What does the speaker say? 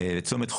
צומת חולון,